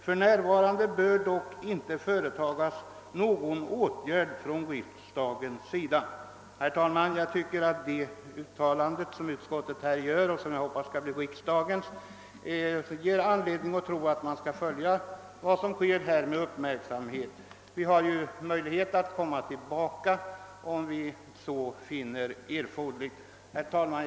För närvarande bör dock inte företagas någon åtgärd från riksdagens sida i frågan.» Herr talman! Jag tycker att det uttalande som utskottet här gör och som jag hoppas också skall bli riksdagens ger oss anledning att med uppmärksamhet följa vad som sker på området. Vi har möjlighet att komma tillbaka till saken, om så blir erforderligt. Herr talman!